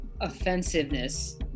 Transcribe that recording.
offensiveness